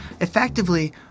effectively